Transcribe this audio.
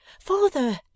father